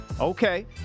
Okay